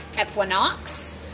Equinox